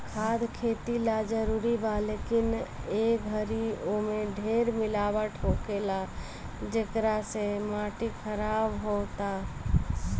खाद खेती ला जरूरी बा, लेकिन ए घरी ओमे ढेर मिलावट होखेला, जेकरा से माटी खराब होता